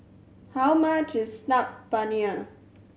how much is Saag Paneer